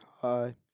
hi